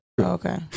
Okay